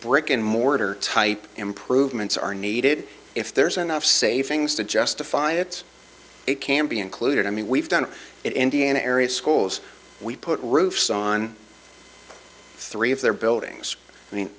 brick and mortar type improvements are needed if there's enough savings to justify it it can be included i mean we've done it indiana area schools we put roofs on three of their buildings